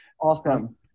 Awesome